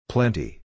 Plenty